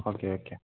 okay okay